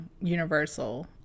universal